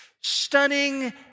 stunning